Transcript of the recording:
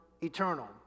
eternal